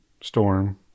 storm